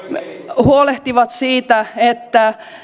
huolehtii siitä että